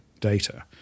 data